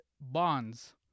bonds